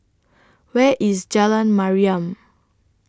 Where IS Jalan Mariam